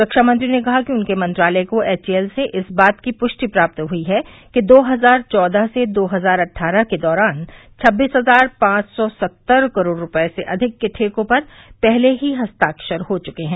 ख्रामंत्री ने कहा कि उनके मंत्रालय को एचएएल से इस बात की पुष्टि प्राप्त हुई है कि दो हजार चौदह अट्ठारह के दौरान छबीस हजार पांच सौ सत्तर करोड़ रूपए से अधिक के ठेकों पर पहले ही हस्ताक्षर हो चुके हैं